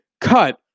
Cut